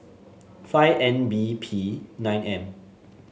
five N B P nine M